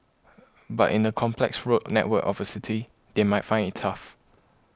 but in the complex road network of a city they might find it tough